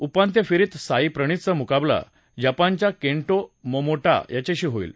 उपांत्य फेरीत साईप्रणीतचा मुकाबला जपानच्या केन्टो मोमोटा याच्याशी होईल